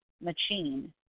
machine